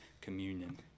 communion